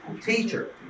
Teacher